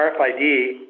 RFID